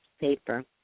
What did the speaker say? paper